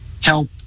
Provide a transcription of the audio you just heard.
help